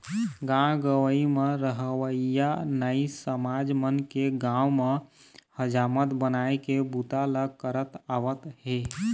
गाँव गंवई म रहवइया नाई समाज मन के गाँव म हजामत बनाए के बूता ल करत आवत हे